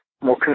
more